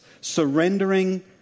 Surrendering